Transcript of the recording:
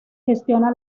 gestiona